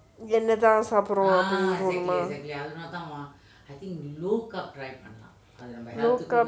என்னதா சாப்பரோ:ennatha saaparoo low carbs